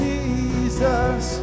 Jesus